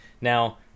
Now